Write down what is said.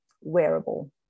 wearable